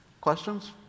Questions